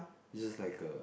it's just like a